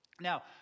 Now